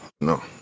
No